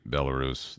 Belarus